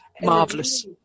marvelous